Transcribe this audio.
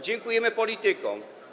Dziękujemy politykom.